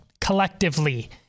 collectively